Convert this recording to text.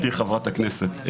גברתי חברת הכנסת,